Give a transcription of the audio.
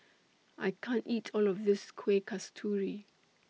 I can't eat All of This Kuih Kasturi